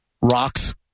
rocks